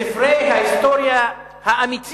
תקרא את ספרי ההיסטוריה האמיצים,